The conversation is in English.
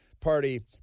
Party